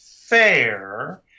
fair